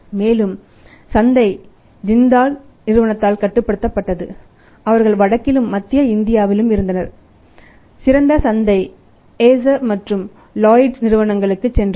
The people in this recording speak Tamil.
மேலும் சந்தை ஜிண்டால் நிறுவனங்களுக்கும் சென்றது